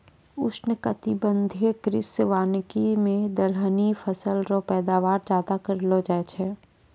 उष्णकटिबंधीय कृषि वानिकी मे दलहनी फसल रो पैदावार ज्यादा करलो जाय छै